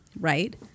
right